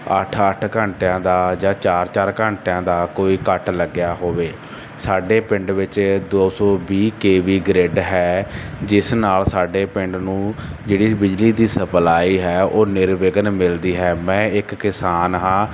ਅੱਠ ਅੱਠ ਘੰਟਿਆਂ ਦਾ ਜਾਂ ਚਾਰ ਚਾਰ ਘੰਟਿਆਂ ਦਾ ਕੋਈ ਕੱਟ ਲੱਗਿਆਂ ਹੋਵੇ ਸਾਡੇ ਪਿੰਡ ਵਿੱਚ ਦੋ ਸੌ ਵੀਹ ਕੇ ਵੀ ਗਰਿੱਡ ਹੈ ਜਿਸ ਨਾਲ ਸਾਡੇ ਪਿੰਡ ਨੂੰ ਜਿਹੜੀ ਬਿਜਲੀ ਦੀ ਸਪਲਾਈ ਹੈ ਉਹ ਨਿਰਵਿਘਨ ਮਿਲਦੀ ਹੈ ਮੈਂ ਇੱਕ ਕਿਸਾਨ ਹਾਂ